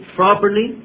properly